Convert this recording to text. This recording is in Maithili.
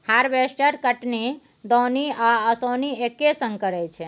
हारबेस्टर कटनी, दौनी आ ओसौनी एक्के संग करय छै